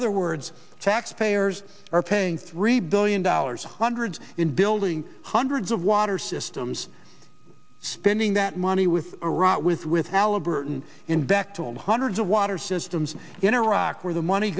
other words taxpayers are paying three billion dollars hundreds in building hundreds of water systems spending that money with iraq with with al a burden in back to all the hundreds of water systems in iraq where the money